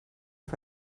auf